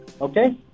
Okay